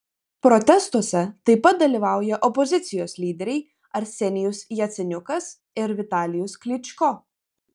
protestuose taip pat dalyvauja opozicijos lyderiai arsenijus jaceniukas ir vitalijus klyčko